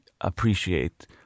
appreciate